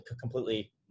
completely